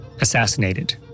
assassinated